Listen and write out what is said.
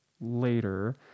later